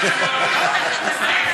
(אומר מילה במרוקאית.)